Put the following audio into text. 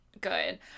good